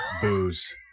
booze